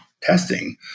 testing